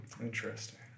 Interesting